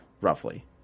roughly